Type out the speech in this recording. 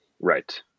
Right